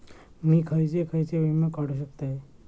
मी खयचे खयचे विमे काढू शकतय?